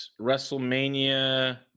WrestleMania